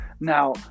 Now